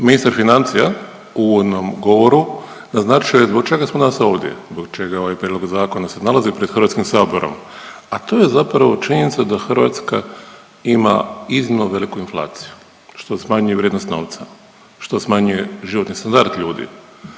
Ministar financija u uvodnom govoru naznačuje zbog čega smo danas ovdje, zbog čega ovaj prijedlog zakona se nalazi pred HS-om, a to je zapravo činjenica da Hrvatska ima iznimno veliku inflaciju, što smanjuje vrijednost novca, što smanjuje životni standard ljudi